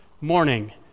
morning